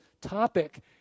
topic